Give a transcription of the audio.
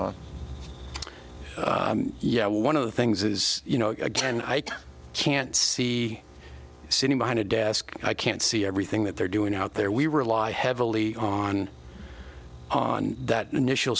on yeah one of the things is you know again i can't see sitting behind a desk i can't see everything that they're doing out there we rely heavily on on that initial